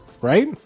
right